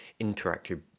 interactive